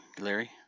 Larry